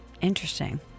Interesting